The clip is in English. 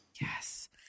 Yes